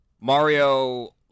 Mario